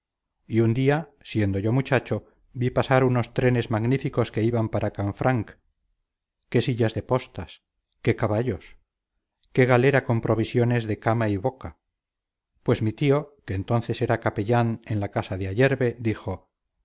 y un día siendo yo muchacho vi pasar unos trenes magníficos que iban para canfranc qué sillas de postas qué caballos qué galera con provisiones de cama y boca pues mi tío que entonces era capellán en la casa de ayerbe dijo